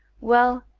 well,